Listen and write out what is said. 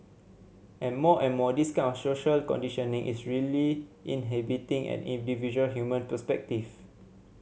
and more and more this kind of social conditioning is really inhibiting an individual human perspective